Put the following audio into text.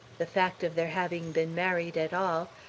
the fact of their having been married at all,